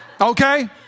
Okay